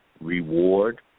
reward